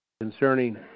concerning